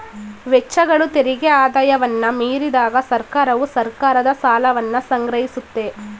ವೆಚ್ಚಗಳು ತೆರಿಗೆ ಆದಾಯವನ್ನ ಮೀರಿದಾಗ ಸರ್ಕಾರವು ಸರ್ಕಾರದ ಸಾಲವನ್ನ ಸಂಗ್ರಹಿಸುತ್ತೆ